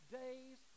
days